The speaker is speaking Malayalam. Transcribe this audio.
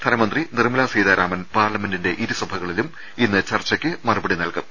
ധനമന്ത്രി നിർമലാ സീതാരാമൻ പാർലമെന്റിന്റെ ഇരു സഭകളിലും ഇന്ന് ചർച്ചയ്ക്ക് മറുപടി നൽകും